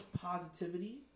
positivity